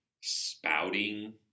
spouting